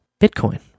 Bitcoin